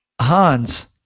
Hans